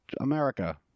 America